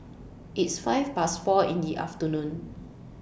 its five Past four in The afternoon